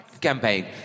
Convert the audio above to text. campaign